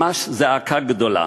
ממש זעקה גדולה.